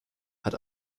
hat